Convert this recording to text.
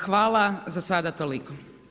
Hvala, za sada toliko.